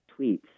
tweets